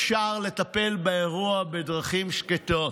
אפשר לטפל באירוע בדרכים שקטות,